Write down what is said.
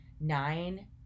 nine